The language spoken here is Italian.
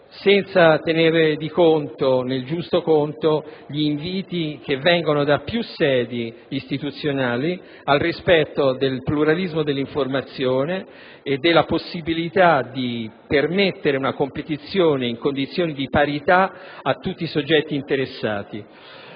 senza tenere nel giusto conto gli inviti, che vengono da più sedi istituzionali, al rispetto del pluralismo dell'informazione e della possibilità di una competizione in condizioni di parità per tutti i soggetti interessati.